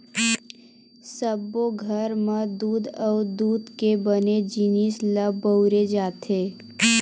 सब्बो घर म दूद अउ दूद के बने जिनिस ल बउरे जाथे